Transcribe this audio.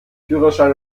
führerschein